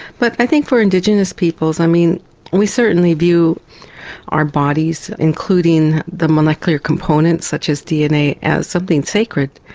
but i think for indigenous peoples, i mean we certainly view our bodies, including the molecular components such as dna as something sacred,